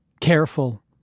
Careful